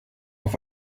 auf